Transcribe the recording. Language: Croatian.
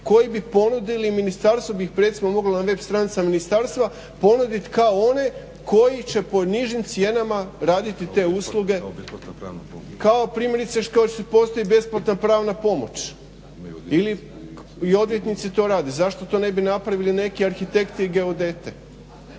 koji bi ponudili, ministarstvo bi ih recimo moglo na web stranicama ministarstva ponudit kao one koji će po nižim cijenama raditi te usluge kao primjerice što postoji besplatna pravna pomoći. I odvjetnici to rade. Zašto to ne bi napravili neki arhitekti i geodete?